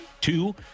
two